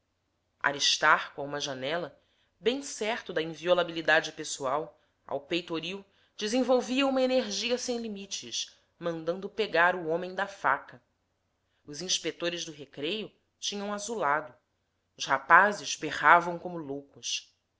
a uma janela bem certo da inviolabilidade pessoal ao peitoril desenvolvia uma energia sem limites mandando pegar o homem da faca os inspetores do recreio tinham azulado os rapazes berravam como loucos